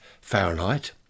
Fahrenheit